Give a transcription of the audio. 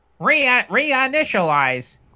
Reinitialize